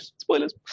Spoilers